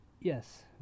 yes